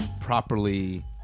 properly